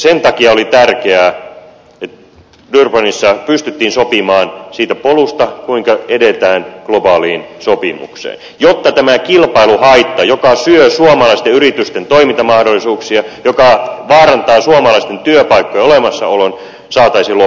sen takia oli tärkeää että durbanissa pystyttiin sopimaan siitä polusta kuinka edetään globaaliin sopimukseen jotta tämä kilpailuhaitta joka syö suomalaisten yritysten toimintamahdollisuuksia joka vaarantaa suomalaisten työpaikkojen olemassaolon saataisiin loppumaan